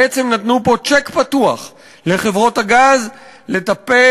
בעצם נתנו פה צ'ק פתוח לחברות הגז לטפל